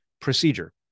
procedure